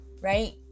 right